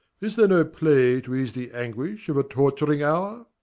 is there no play to ease the anguish of a torturing hour?